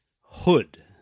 Hood